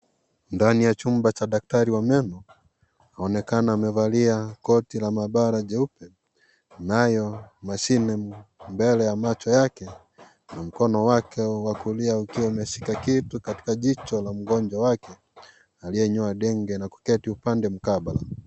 Ndani ya chumba cha daktari wa meno, anaonekana amevalia koti la mabara jeupe, anayo mashine mbele ya macho yake na mkono wake wa kulia ukiwa umeshika kitu katika jicho la mgonjwa wake, aliyenyoa denge na kuketi upande wa mkaba.